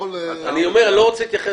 לא אטעה